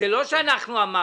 זה לא שאנחנו אמרנו.